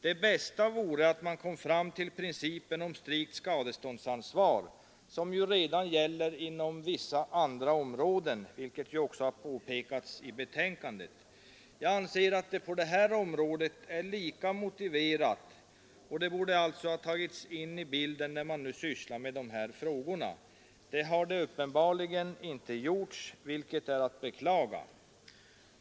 Det bästa vore att man kom fram till principen om strikt skadeståndsansvar, som redan gäller inom vissa andra områden, vilket också påpekas i betänkandet. Jag anser att den principen är lika motiverad på det här området, och det borde alltså ha tagits in i bilden när man nu sysslar med dessa frågor. Det har uppenbarligen inte gjorts, vilket är att beklaga.